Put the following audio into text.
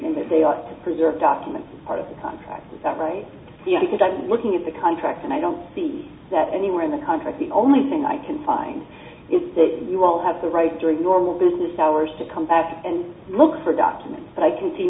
and that they ought to preserve documents part of that right because i'm looking at the contract and i don't see that anywhere in the contract the only thing i can find is that you all have the right during normal business hours to come back and look for documents but i can see